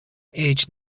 age